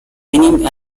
meaning